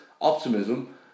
optimism